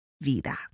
vida